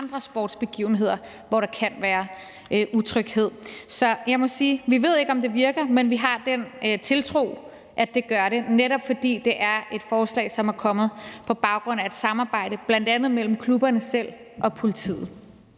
ved andre sportsbegivenheder, hvor der kan være utryghed. Så jeg må sige, at vi ikke ved, om det virker, men vi har tiltro til, at det gør det, netop fordi det er et forslag, som er kommet på baggrund af et samarbejde, bl.a. mellem klubberne selv og politiet.